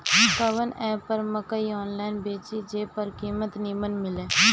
कवन एप पर मकई आनलाइन बेची जे पर कीमत नीमन मिले?